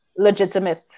legitimate